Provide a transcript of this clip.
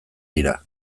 dira